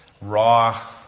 raw